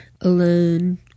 alone